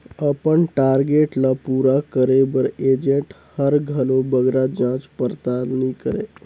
अपन टारगेट ल पूरा करे बर एजेंट हर घलो बगरा जाँच परताल नी करे